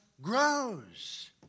grows